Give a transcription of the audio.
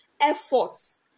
efforts